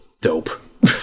dope